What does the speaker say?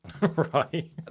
Right